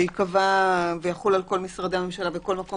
שייקבע ויחול על כל משרדי הממשלה וכל מקום